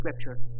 scripture